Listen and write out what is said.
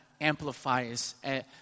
amplifies